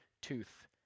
tooth